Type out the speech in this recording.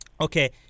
Okay